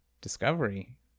Discovery